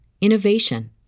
innovation